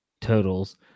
totals